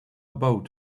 boat